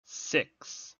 six